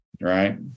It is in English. right